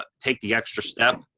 ah take the extra step.